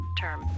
term